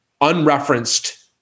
unreferenced